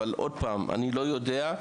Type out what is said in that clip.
אבל אני לא יודע.